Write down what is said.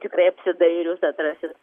tikrai apsidairius atrasit